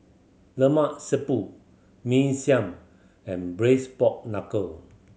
Lemak Siput Mee Siam and Braised Pork Knuckle